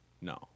No